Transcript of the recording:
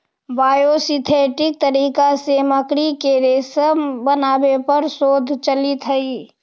biosynthetic तरीका से मकड़ी के रेशम बनावे पर शोध चलित हई